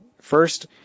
First